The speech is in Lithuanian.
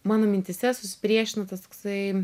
mano mintyse susipriešino tas toksai